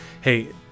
Hey